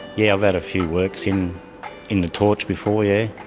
yeah i've had a few works in in the torch before. yeah